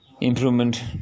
improvement